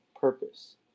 purpose